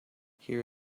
here